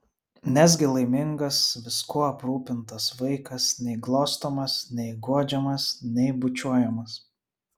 nesgi laimingas viskuo aprūpintas vaikas nei glostomas nei guodžiamas nei bučiuojamas